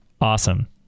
Awesome